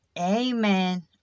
amen